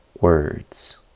words